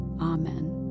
Amen